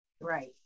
Right